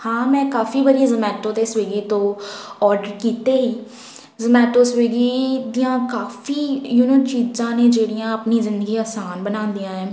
ਹਾਂ ਮੈਂ ਕਾਫੀ ਵਾਰੀ ਜਮੈਟੋ ਤੋਂ ਸਵੀਗੀ ਤੋਂ ਔਡਰ ਕੀਤੇ ਈ ਜਮੈਟੋ ਸਵੀਗੀ ਦੀਆਂ ਕਾਫੀ ਯੂ ਨੋ ਚੀਜ਼ਾਂ ਨੇ ਜਿਹੜੀਆਂ ਆਪਣੀ ਜ਼ਿੰਦਗੀ ਆਸਾਨ ਬਣਾਉਂਦੀਆਂ ਹੈ